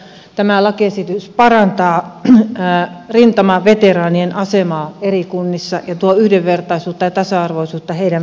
tämä lakiesitys parantaa rintamaveteraanien asemaa eri kunnissa ja tuo yhdenvertaisuutta ja tasa arvoisuutta heidän välilleen